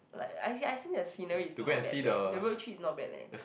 like I see I seen the scenario is not that bad the road tree is not bad leh